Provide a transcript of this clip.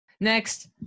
Next